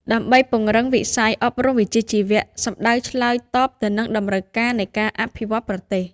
ដើម្បីពង្រឹងវិស័យអប់រំវិជ្ជាជីវៈ សំដៅឆ្លើយតបទៅនឹងតម្រូវការនៃការអភិវឌ្ឍប្រទេស។